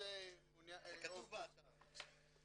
זה כתוב באתר.